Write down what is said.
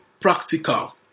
practical